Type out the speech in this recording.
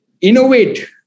innovate